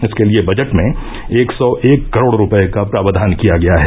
इसके लिए बजट में एक सौ एक करोड़ रुपये का प्रावधान किया गया है